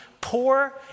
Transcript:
poor